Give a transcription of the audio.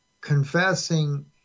confessing